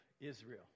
Israel